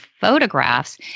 photographs